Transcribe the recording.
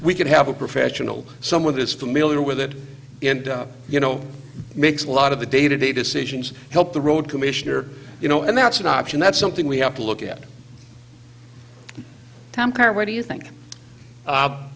we could have a professional someone who is familiar with it and you know makes a lot of the day to day decisions help the road commissioner you know and that's an option that's something we have to look at tom car where do you think